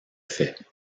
fait